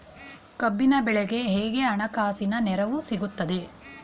ಕಬ್ಬಿನ ಬೆಳೆಗೆ ಹೇಗೆ ಹಣಕಾಸಿನ ನೆರವು ಸಿಗುತ್ತದೆ?